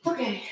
Okay